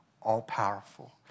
all-powerful